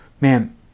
man